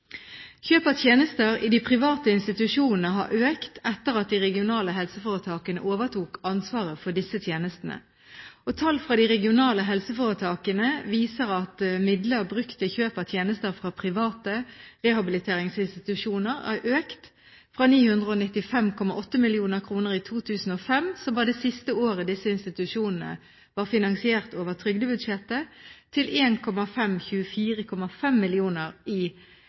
Kjøp av tjenester i de private institusjonene har økt etter at de regionale helseforetakene overtok ansvaret for disse tjenestene. Tall fra de regionale helseforetakene viser at midler brukt til kjøp av tjenester fra private rehabiliteringsinstitusjoner har økt, fra 995,8 mill. kr i 2005 – som var det siste året disse institusjonene var finansiert over trygdebudsjettet – til 1 524,5 mill. kr i